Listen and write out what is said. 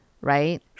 right